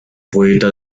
poeta